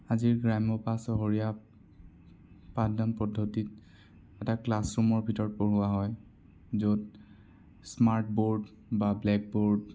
আজিৰ গ্ৰাম্য বা চহৰীয়া পাঠদান পদ্ধতিত এটা ক্লাছৰোমৰ ভিতৰত পঢ়োৱা হয় য'ত স্মাৰ্টবোৰ্ড বা ব্লেকবোৰ্ড